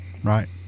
right